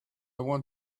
want